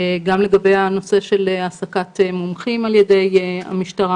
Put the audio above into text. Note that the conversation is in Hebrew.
גם לגבי הנושא של העסקת מומחים על ידי המשטרה.